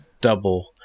double